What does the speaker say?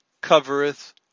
covereth